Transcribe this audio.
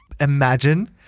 imagine